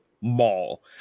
mall